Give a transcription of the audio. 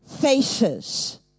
faces